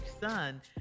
son